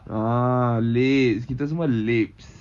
ah leps kita semua leps